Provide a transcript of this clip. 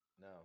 No